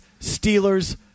Steelers